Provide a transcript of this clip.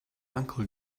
uncle